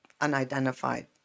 unidentified